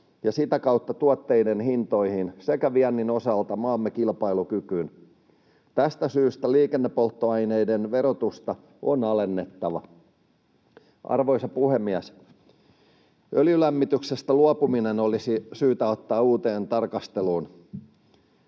ja sitä kautta tuotteiden hintoihin sekä viennin osalta maamme kilpailukykyyn. Tästä syystä liikennepolttoaineiden verotusta on alennettava. Arvoisa puhemies! Öljylämmityksestä luopuminen olisi syytä ottaa uuteen tarkasteluun.